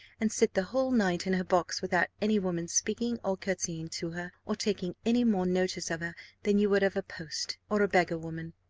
and sit the whole night in her box without any woman's speaking or courtesying to her, or taking any more notice of her than you would of a post, or a beggar-woman.